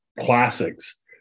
classics